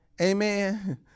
amen